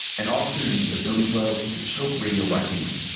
an officer uses a billy club to choke radio raheem,